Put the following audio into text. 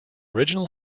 original